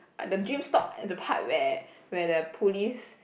but the dream stop at the part where where the police